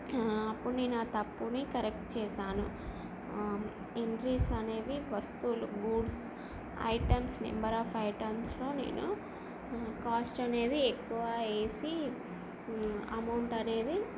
అప్పుడు నేను ఆ తప్పుని కరెక్ట్ చేశాను ఎంట్రీస్ అనేవి వస్తువులు goods items number of items లో నేను కాస్ట్ అనేది ఎక్కువ వేసి అమౌంట్ అనేది